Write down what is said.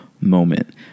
moment